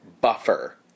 buffer